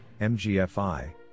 MGFI